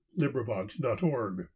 LibriVox.org